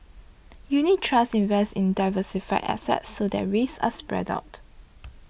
unit trusts invest in diversified assets so that risks are spread out